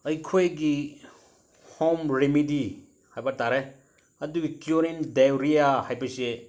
ꯑꯩꯈꯣꯏꯒꯤ home remedy ꯍꯥꯏꯕ ꯇꯥꯔꯦ ꯑꯗꯨꯒꯤ ꯀ꯭ꯌꯨꯔꯤꯡ ꯗꯥꯏꯔꯤꯌꯥ ꯍꯥꯏꯕꯁꯦ